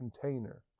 container